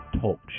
Talk